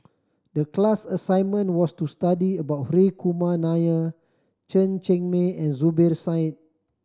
the class assignment was to study about Hri Kumar Nair Chen Cheng Mei and Zubir Said